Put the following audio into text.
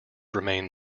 remain